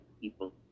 people